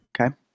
okay